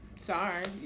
Sorry